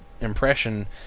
impression